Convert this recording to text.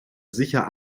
sicher